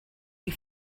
you